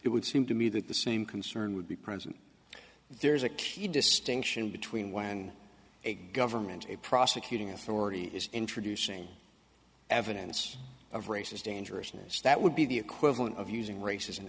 it would seem to me that the same concern would be present if there's a key distinction between when a government a prosecuting authority is introducing evidence of racist dangerousness that would be the equivalent of using rac